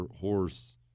horse